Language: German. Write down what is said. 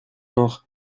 noch